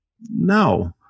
No